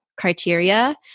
criteria